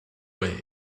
way